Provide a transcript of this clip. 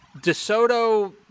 DeSoto